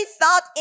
thought